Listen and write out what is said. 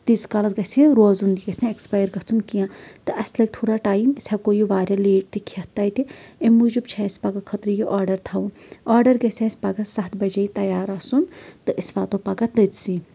تیٖتِس کالَس گژھِ یہِ روزُن یہِ گژھِ نہٕ اٮ۪کٕسپَیر گژھُن کیٚنٛہہ تہٕ اَسہِ لَگہِ تھوڑا ٹایم أسۍ ہٮ۪کو یہِ واریاہ لیٹ تہِ کھٮ۪تھ تتہِ اَمہِ موٗجوٗب چھُ اَسہِ پگہہ خٲطرٕ یہِ آرڈر تھاوُن آرڈر گژھِ اَسہِ پگہہ سَتھ بَجے تَیار آسُن تہٕ أسۍ واتو پگہہ تٔتۍ سٕۍ